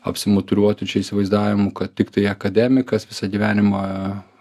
apsimuturiuoti čia įsivaizdavimu kad tiktai akademikas visą gyvenimą